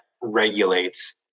regulates